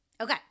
Okay